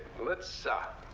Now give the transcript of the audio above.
let's, ah,